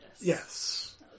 Yes